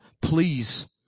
please